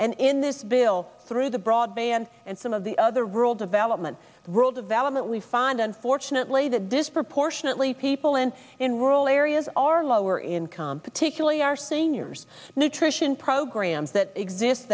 and in this bill through the broadband and some of the other rural development rural development wi fi and unfortunately that disproportionately people and in rural areas are lower income particularly our seniors nutrition programs that exist